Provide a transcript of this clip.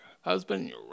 husband